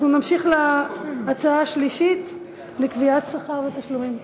אנחנו נמשיך להצעה השלישית לקביעת שכר ותשלומים.